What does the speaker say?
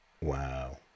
wow